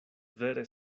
vere